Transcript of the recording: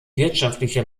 wirtschaftliche